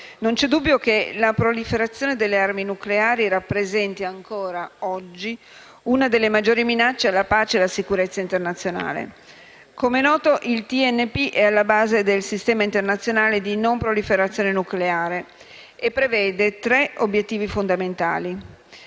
non c'è dubbio che la proliferazione delle armi nucleari rappresenti ancora oggi una delle maggiori minacce alla pace e alla sicurezza internazionale. Come è noto, il TNP è alla base del sistema internazionale di non proliferazione nucleare e prevede tre obiettivi fondamentali: